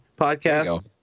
podcast